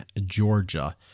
Georgia